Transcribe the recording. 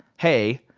hey,